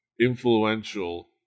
influential